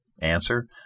Answer